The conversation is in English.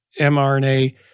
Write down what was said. mRNA